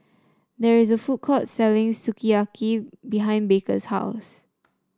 there is a food court selling Sukiyaki behind Baker's house